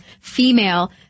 female